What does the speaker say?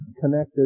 connected